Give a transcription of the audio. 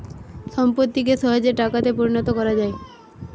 সম্পত্তিকে সহজে টাকাতে পরিণত কোরা যায়